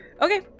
okay